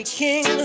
king